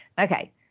Okay